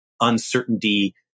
uncertainty